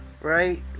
right